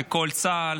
כל צה"ל